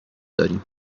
داریم